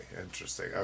Interesting